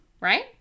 right